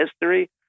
history